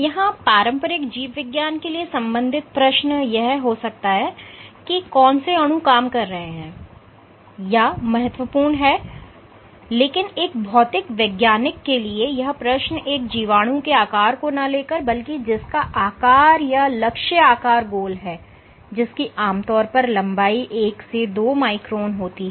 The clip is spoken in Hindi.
यहां पारंपरिक जीववैज्ञानिक के लिए संबंधित प्रश्न यह हो सकता है कि कौन से अणु काम कर रहे हैं या महत्वपूर्ण हैं लेकिन एक भौतिकवैज्ञानिक के लिए यह प्रश्न एक जीवाणु के आकार को ना लेकर बल्कि जिसका आकार या लक्ष्य आकार गोल है जिसकी आमतौर पर लंबाई 1 से 2 माइक्रोन होती है